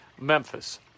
Memphis